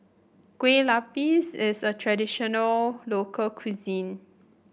Kueh Lapis is a traditional local cuisine